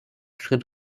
schritt